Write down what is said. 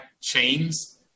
chains